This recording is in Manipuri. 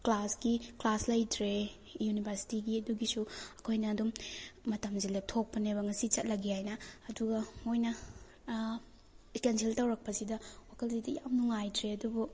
ꯀ꯭ꯂꯥꯁꯀꯤ ꯀ꯭ꯂꯥꯁ ꯂꯩꯇ꯭ꯔꯦ ꯌꯨꯅꯤꯚꯔꯁꯤꯇꯤꯒꯤ ꯑꯗꯨꯒꯤꯁꯨ ꯑꯩꯈꯣꯏꯅ ꯑꯗꯨꯝ ꯃꯇꯝꯁꯦ ꯂꯦꯞꯊꯣꯛꯄꯅꯦꯕ ꯉꯁꯤ ꯆꯠꯂꯒꯦ ꯍꯥꯏꯅ ꯑꯗꯨꯒ ꯃꯣꯏꯅ ꯀꯦꯟꯁꯦꯜ ꯇꯧꯔꯛꯄꯁꯤꯗ ꯋꯥꯈꯜꯁꯤꯗꯤ ꯌꯥꯝ ꯅꯨꯡꯉꯥꯏꯇ꯭ꯔꯦ ꯑꯗꯨꯕꯨ